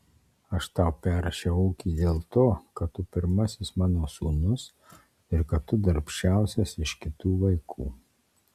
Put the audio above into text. aš tau perrašiau ūkį dėl to kad tu pirmasis mano sūnus ir kad tu darbščiausias iš kitų vaikų